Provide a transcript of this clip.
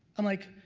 i'm like,